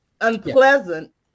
unpleasant